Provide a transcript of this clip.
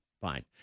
Fine